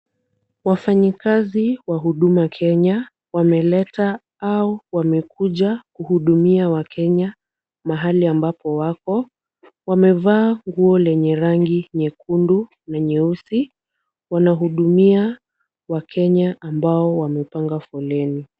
Wafanyikazi wa huduma Kenya wameleta au wamekuja kuhudumia wakenya mahali ambapo wako. Wamevaa nguo lenye rangi nyekundu na nyeusi. Wanahudumia wakenya ambao wamepanga foleni.